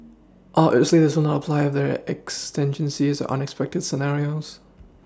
obviously this will not apply if there are exigencies or unexpected scenarios